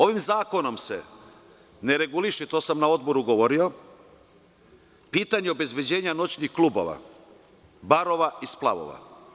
Ovim zakonom se ne reguliše, o tome sam na Odboru govorio, pitanje obezbeđenja noćnih klubova, barova i splavova.